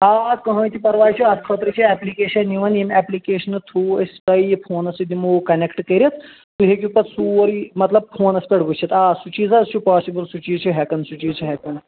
آ کٕہٲنۍ تہِ پرواے چُھ اتھ خٲطرٕ چھِ ایپلِکیشن یوان ییٚمہِ ایپلِکیشن تھرٗو أسۍ تۄہہِ یہِ فونس سۭتۍ دِمو کَنیکٹ کٔرتھ تُہی ہیٚکو پَتہٕ سورے مطلب فونس پٮ۪ٹھ وٕچھتھ آ سُہ چیٖز حظ چُھ پاسِبٕل سُہ چیٖزچھِ ہٮ۪کان سُہ چیٖزچھِ ہٮ۪کان